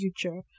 future